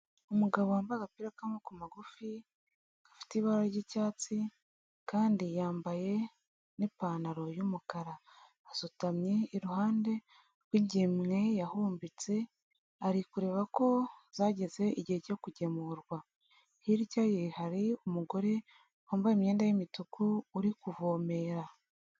Umugabo wambaye agapira k'amaboko magufi gafite ibara ry'icyatsi, kandi yambaye n'ipantaro y'umukara, asutamye iruhande rw'ingemwe yahumbitse, ari kureba ko zageze igihe cyo kugemurwa, hirya ye hari umugore wambaye imyenda y'imutuku uri kuvomera.